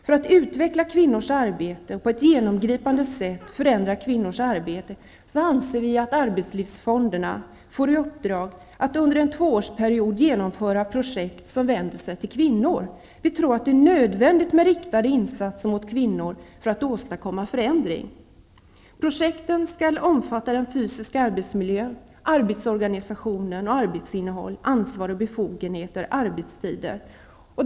För att utveckla kvinnors arbete och på ett genomgripande sätt förändra det, anser vi att arbetslivsfonderna bör får i uppdrag att under en tvåårsperiod genomföra projekt som vänder sig till kvinnor. Vi tror att det är nödvändigt med riktade insatser för kvinnor för att kunna åstadkomma förändring. Projekten skall omfatta den fysiska arbetsmiljön, arbetsorganisationen och arbetsinnehållet -- ansvar och befogenheter -- och arbetstider.